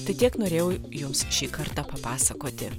tai tiek norėjau jums šį kartą papasakoti